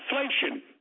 inflation